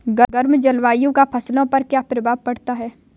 गर्म जलवायु का फसलों पर क्या प्रभाव पड़ता है?